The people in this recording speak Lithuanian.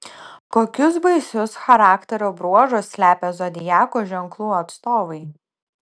kokius baisius charakterio bruožus slepia zodiako ženklų atstovai